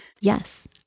Yes